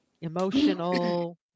emotional